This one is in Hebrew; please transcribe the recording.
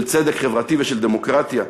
של צדק חברתי ושל דמוקרטיה.